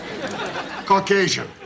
Caucasian